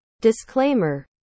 Disclaimer